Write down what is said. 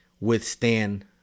withstand